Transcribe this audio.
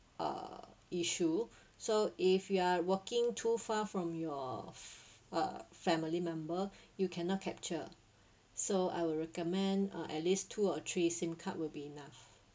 uh issue so if you are working too far from your uh family member you cannot capture so I will recommend uh at least two or three SIM card will be enough